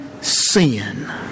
sin